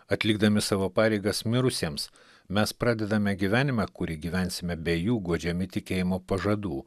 atlikdami savo pareigas mirusiems mes pradedame gyvenimą kurį gyvensime be jų guodžiami tikėjimo pažadų